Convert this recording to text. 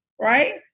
right